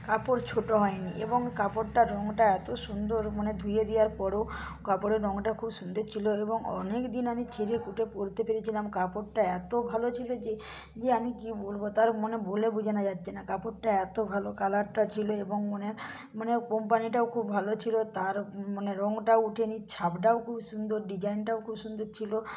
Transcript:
কাপড় ছোটো হয় নি এবং কাপড়টার রংটা এত সুন্দর মানে ধুয়ে দেওয়ার পরও কাপড়ের রঙটা খুব সুন্দর ছিলো এবং অনেক দিন আমি ছেড়ে কুটে পরতে পেরেছিলাম কাপড়টা এত ভালো ছিলো যে যে আমি কী বলবো তা আর মনে বলে বোঝানো যাচ্ছে না কাপড়টা এত ভালো কালারটা ছিলো এবং মনের মানেও কোম্পানিটাও খুব ভালো ছিলো তার মানে রংটা ওঠে নি ছাপটাও খুব সুন্দর ডিজাইনটাও খুব সুন্দর ছিলো